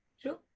True